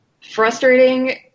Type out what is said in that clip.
frustrating